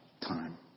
time